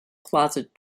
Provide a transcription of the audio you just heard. closet